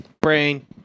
Brain